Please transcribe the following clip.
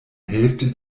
hälfte